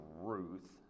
Ruth